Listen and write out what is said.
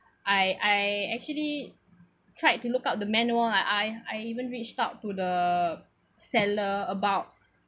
I I actually tried to look out the manual like I I even reached out to the seller about